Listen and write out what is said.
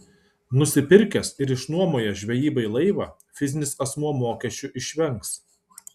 nusipirkęs ir išnuomojęs žvejybai laivą fizinis asmuo mokesčių išvengs